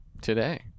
today